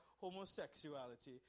homosexuality